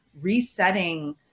resetting